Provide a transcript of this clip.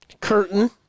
curtain